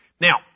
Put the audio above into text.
Now